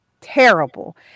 terrible